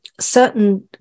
certain